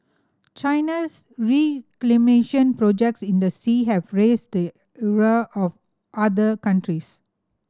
China's reclamation projects in the sea have raised the ire of other countries